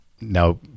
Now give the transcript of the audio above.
Now